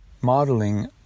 modeling